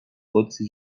قدسی